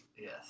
Yes